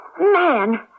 man